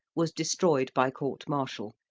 was destroyed by court martial,